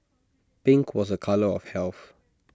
pink was A colour of health